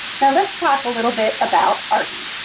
now let's talk a little bit about artie.